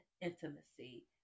intimacy